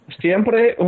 siempre